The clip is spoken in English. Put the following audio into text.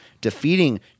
defeating